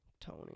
Tony